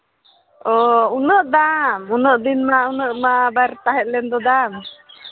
ᱚ ᱩᱱᱟᱹᱜ ᱫᱟᱢ ᱩᱱᱟᱹᱜ ᱫᱤᱱ ᱢᱟ ᱩᱱᱟᱹᱜ ᱢᱟ ᱵᱟᱭ ᱛᱟᱦᱮᱸ ᱞᱮᱱᱫᱚ ᱫᱟᱢ